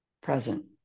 present